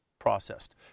Processed